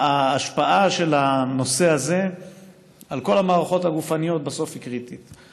ההשפעה של הנושא הזה על כל המערכות הגופניות בסוף היא קריטית.